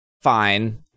fine